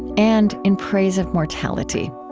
and in praise of mortality.